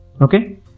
Okay